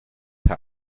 herr